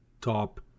top